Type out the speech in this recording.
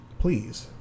Please